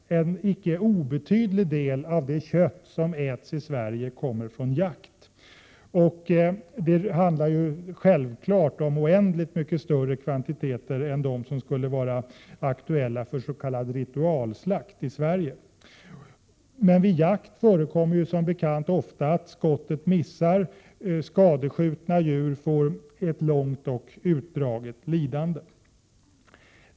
En icke obetydlig del av det kött som äts i Sverige kommer från jakt. Det handlar självfallet om oändligt mycket större kvantiteter än dem som skulle vara aktuella för s.k. ritualslakt i Sverige. Vid jakt förekommer ofta att skott missar, och skadeskjutna djur får ett långt och utdraget lidande.